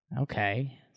Okay